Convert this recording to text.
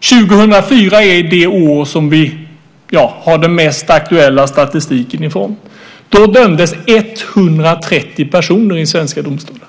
År 2004 är det år som vi har den mest aktuella statistiken från. Då dömdes 130 personer i svenska domstolar.